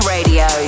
Radio